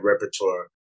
repertoire